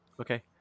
Okay